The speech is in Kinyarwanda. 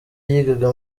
yigaga